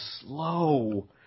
slow